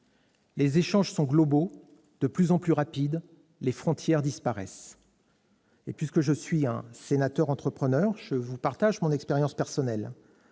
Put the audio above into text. Les échanges sont globaux, de plus en plus rapides, les frontières disparaissent. Puisque je suis un sénateur-entrepreneur, je partagerai mon expérience personnelle.